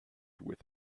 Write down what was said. with